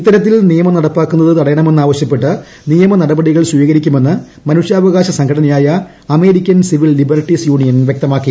ഇത്തരത്തിൽ നിയമം നടപ്പാക്കുന്നത് തടയണമെന്നാവശ്യപ്പെട്ട് നിയമനടപടികൾ സ്വീകരിക്കുമെന്ന് മനുഷ്യാവകാശ സംഘടനയായ അമേരിക്കൻ സിവിൽ ലിബർട്ടീസ് യൂണിയൻ വ്യക്തമാക്കി